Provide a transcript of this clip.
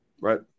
Right